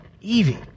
Evie